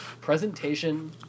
presentation